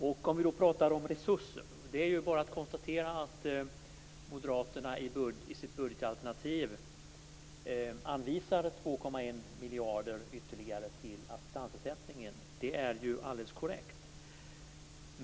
När vi pratar om resurser är det bara att konstatera att Moderaterna i sitt budgetalternativ anvisar 2,1 miljarder ytterligare till assistansersättningen. Det är alldeles korrekt.